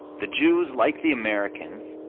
the jews, like the americans,